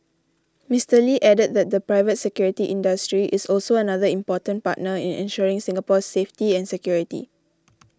Mister Lee added that the private security industry is also another important partner in ensuring Singapore's safety and security